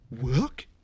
work